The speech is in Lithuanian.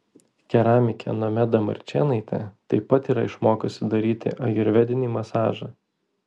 keramikė nomeda marčėnaitė taip pat yra išmokusi daryti ajurvedinį masažą